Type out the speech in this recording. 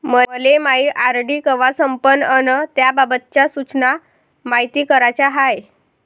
मले मायी R D संपन अन त्याबाबतच्या सूचना मायती कराच्या हाय